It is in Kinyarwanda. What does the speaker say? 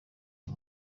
ari